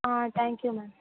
ah thank you ma'am